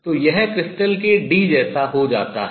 तो यह क्रिस्टल के d जैसा हो जाता है